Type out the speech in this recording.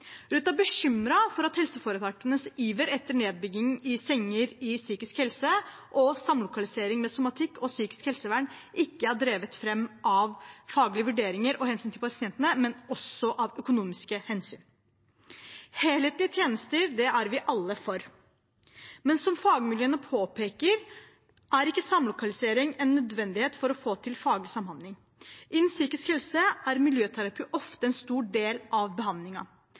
er bekymret for at helseforetakenes iver etter nedbygging av senger i psykisk helse og samlokalisering med somatikk og psykisk helsevern ikke er drevet fram av faglige vurderinger og hensynet til pasientene, men bl.a. av økonomiske hensyn. Helhetlige tjenester er vi alle for. Men som fagmiljøene påpeker, er ikke samlokalisering en nødvendighet for å få til faglig samhandling. Innen psykisk helse er miljøterapi ofte en stor del av